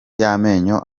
y’amenyo